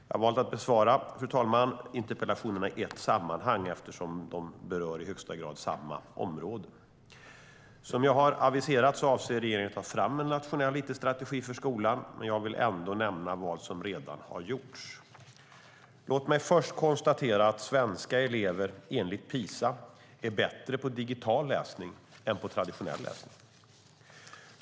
Jag har valt att besvara interpellationerna i ett sammanhang eftersom de i högsta grad berör samma område. Som jag har aviserat avser regeringen att ta fram en nationell it-strategi för skolan, men jag vill ändå nämna vad som redan har gjorts. Låt mig först konstatera att svenska elever, enligt PISA, är bättre på digital läsning än på traditionell läsning.